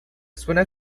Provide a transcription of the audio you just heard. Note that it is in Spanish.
suena